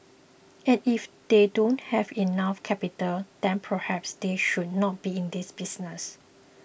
and if they don't have enough capital then perhaps they should not be in this business